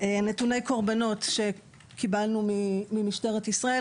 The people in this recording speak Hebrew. פי נתוני הקורבנות שקיבלנו ממשטרת ישראל,